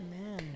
Amen